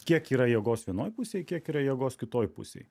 kiek yra jėgos vienoj pusėj kiek yra jėgos kitoj pusėj